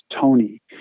Tony